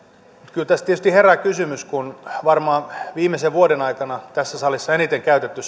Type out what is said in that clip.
kyllä tässä tietysti herää kysymys kun varmaan viimeisen vuoden aikana tässä salissa eniten käytetty